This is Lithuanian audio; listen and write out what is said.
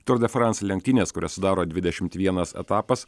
tour de france lenktynes kurias sudaro dvidešim vienas etapas